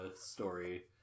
story